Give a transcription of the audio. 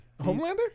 Homelander